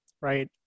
right